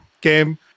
game